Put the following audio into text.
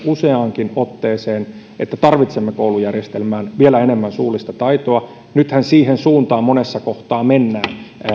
useaankin otteeseen että tarvitsemme koulujärjestelmään vielä enemmän suullista taitoa nythän siihen suuntaan monessa kohtaa mennään